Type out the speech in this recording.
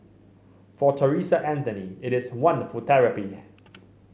for Theresa Anthony it is wonderful therapy